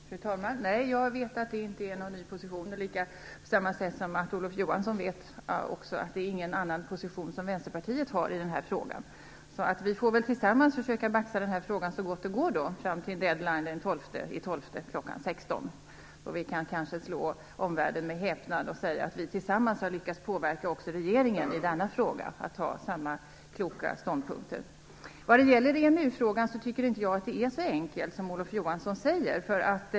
Fru talman! Jag vet att det inte är någon ny position, och på samma sätt vet Olof Johansson vet att Vänsterpartiet inte har någon annan position i den här frågan. Vi får väl tillsammans försöka baxa den här frågan så gott det går fram till dead-line den 12 december kl. 16.00, då vi kanske kan slå omvärlden med häpnad genom att säga att vi tillsammans har lyckats påverka också regeringen att inta samma kloka ståndpunkt i denna fråga. Jag tycker inte att EMU-frågan är så enkel som Olof Johansson säger.